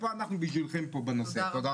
אנחנו בשבילכם פה בנושא הזה.